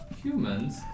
humans